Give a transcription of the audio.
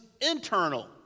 internal